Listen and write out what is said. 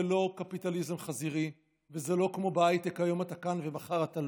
זה לא קפיטליזם חזירי וזה לא כמו בהייטק: היום אתה כאן ומחר אתה לא.